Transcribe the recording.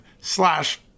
slash